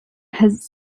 has